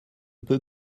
peut